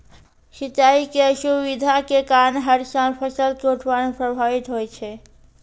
सिंचाई के असुविधा के कारण हर साल फसल के उत्पादन प्रभावित होय छै